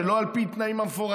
שלא על פי התנאים המפורטים.